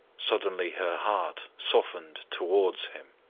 suddenly her heart softened towards him.